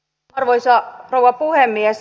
arvoisa rouva puhemies